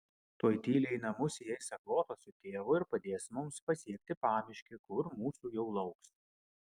tuoj tyliai į namus įeis agota su tėvu ir padės mums pasiekti pamiškę kur mūsų jau lauks